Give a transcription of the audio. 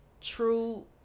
true